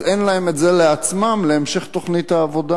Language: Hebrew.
אז אין להם את זה לעצמם להמשך תוכנית העבודה.